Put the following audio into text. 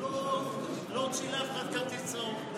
והוא לא הוציא לאף אחד כרטיס צהוב.